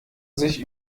sich